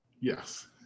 Yes